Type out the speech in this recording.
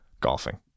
Golfing